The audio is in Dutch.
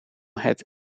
het